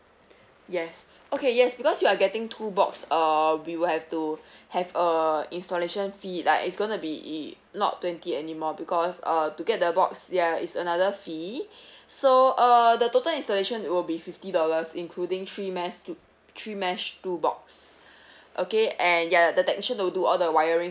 yes okay yes because you are getting two box err we will have to have a installation fee like it's gonna be e~ not twenty anymore because uh to get the box ya it's another fee so uh the total installation will be fifty dollars including three mas~ two three mash two box okay and ya the technician will do all the wiring